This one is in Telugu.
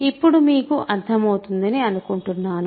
ఇప్పుడు మీకు అర్థం అవుతుందని అనుకుంటున్నాను